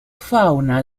fauna